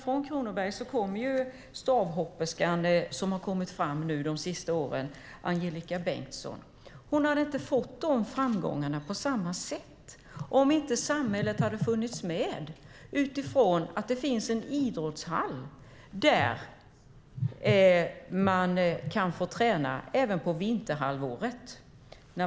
Från Kronoberg kommer stavhopperskan som har kommit fram de senaste åren, Angelica Bengtsson. Hon hade inte fått de framgångarna på samma sätt om inte samhället hade funnits med på så sätt att det finns en idrottshall där man som stavhopperska kan få träna även på vinterhalvåret.